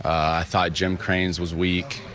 i thought jim crane's was weak.